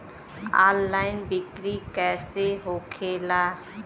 Online बिक्री कैसे होखेला?